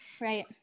Right